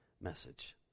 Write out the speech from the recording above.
message